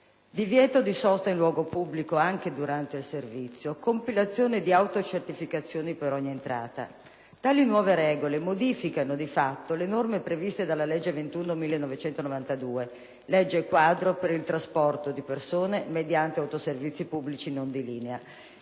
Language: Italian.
divieto di sosta in luogo pubblico anche durante il servizio; la compilazione di autocertificazione per ogni entrata. Tali nuove regole modificano di fatto le norme previste dalla legge n. 21 del 1992 («Legge quadro per il trasporto di persone mediante autoservizi pubblici non di linea»)